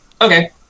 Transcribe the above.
Okay